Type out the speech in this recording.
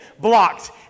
blocked